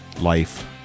Life